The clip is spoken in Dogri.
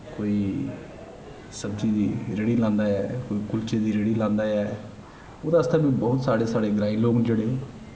कोई सब्जी दी रेह्ड़ी लांदा ऐ कोई कुलचे दी रेह्ड़ी लांदा ऐ ओह्दे आस्तै बी बहोत सारे साढ़े ग्रांईं लोग न जेह्ड़े